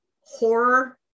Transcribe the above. horror